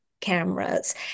Cameras